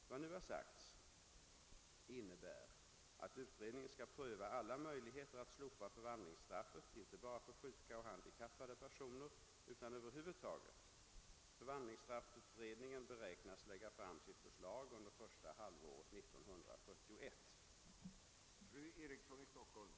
Vad nu sagts innebär, att utredningen skall pröva alla möjligheter att slopa förvandlingsstraffet inte bara för sjuka och handikappade personer utan över huvud taget. Förvandlingsstraffutredningen beräknas lägga fram sitt förslag under första halvåret 1971.